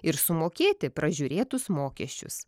ir sumokėti pražiūrėtus mokesčius